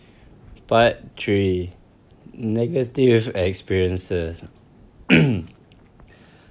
part three negative experiences mm